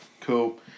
cool